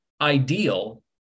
ideal